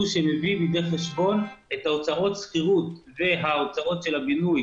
שמביא לידי חשבון את הוצאות שכירות וההוצאות של הבינוי